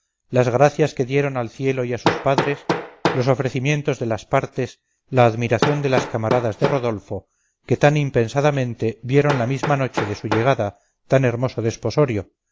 las gracias que dieron al cielo y a sus padres los ofrecimientos de las partes la admiración de las camaradas de rodolfo que tan impensadamente vieron la misma noche de su llegada tan hermoso desposorio